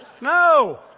No